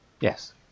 Yes